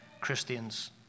Christians